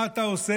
מה אתה עושה?